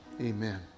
amen